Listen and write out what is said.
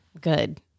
Good